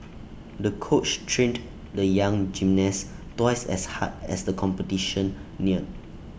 the coach trained the young gymnast twice as hard as the competition neared